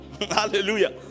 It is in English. Hallelujah